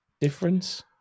difference